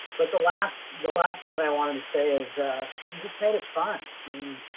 but the last the last thing but i wanted to say is, you just made it fun. i mean,